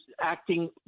acting